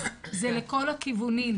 אז זה לכל הכיוונים,